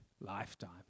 lifetime